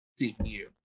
CPU